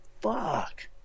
fuck